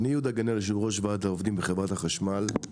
אני יושב-ראש ועד העובדים בחברת החשמל.